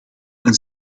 een